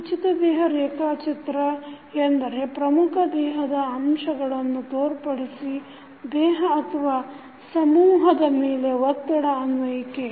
ಉಚಿತ ದೇಹ ರೇಖಾಚಿತ್ರ ಎಂದರೆ ಪ್ರಮುಖ ದೇಹದ ಅಂಶಗಳನ್ನು ತೋರ್ಪಡಿಸಿ ದೇಹ ಅಥವಾ ಸಮೂಹದ ಮೇಲೆ ಒತ್ತಡ ಅನ್ವಯಿಸುವಿಕೆ